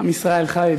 עם ישראל חי,